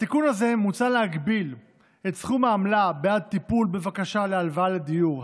בתיקון הזה מוצע להגביל את סכום העמלה בעד טיפול בבקשה להלוואה לדיור,